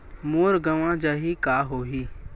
मोर गंवा जाहि का होही?